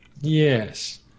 Yes